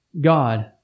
God